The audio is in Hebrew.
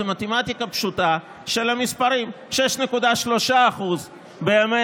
זאת מתמטיקה פשוטה של המספרים: 6.3% בימי